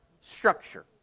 structure